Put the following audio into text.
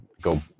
go